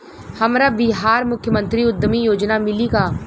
हमरा बिहार मुख्यमंत्री उद्यमी योजना मिली का?